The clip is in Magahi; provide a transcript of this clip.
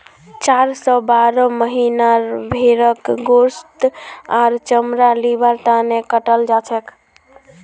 चार स बारह महीनार भेंड़क गोस्त आर चमड़ा लिबार तने कटाल जाछेक